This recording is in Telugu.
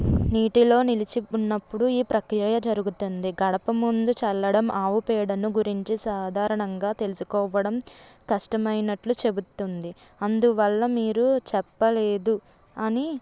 నీటిలో నిలిచి ఉన్నప్పుడు ఈ ప్రక్రియ జరుగుతుంది గడప ముందు చల్లడం ఆవు పేడను గురించి సాధారణంగా తెలుసుకోవడం కష్టమైనట్లు చెబుతోంది అందువల్ల మీరు చెప్పలేదు అని